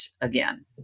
again